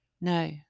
No